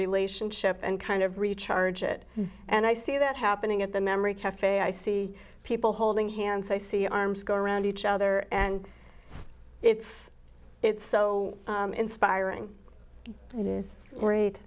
relationship and kind of recharge it and i see that happening at the memory caf i see people holding hands i see arms go around each other and it's it's so inspiring it is